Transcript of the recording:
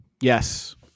Yes